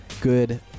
good